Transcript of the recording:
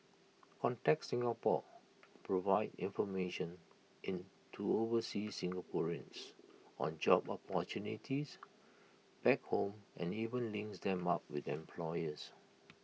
contact Singapore provides information in to overseas Singaporeans on job opportunities back home and even links them up with the employers